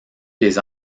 les